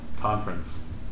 conference